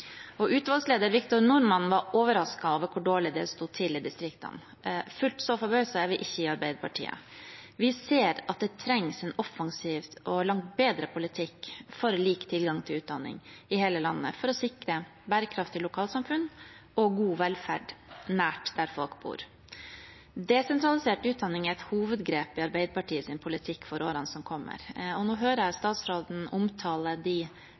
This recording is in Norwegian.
Utvalgsleder Victor Norman var overrasket over hvor dårlig det sto til i distriktene. Fullt så forbauset er vi ikke i Arbeiderpartiet. Vi ser at det trengs en offensiv og langt bedre politikk for lik tilgang til utdanning i hele landet, for å sikre bærekraftige lokalsamfunn og god velferd nært der folk bor. Desentralisert utdanning er et hovedgrep i Arbeiderpartiets politikk for årene som kommer. Nå hører jeg statsråden omtale de